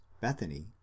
Bethany